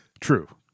True